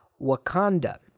Wakanda